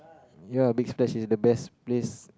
ya big splash it's the best place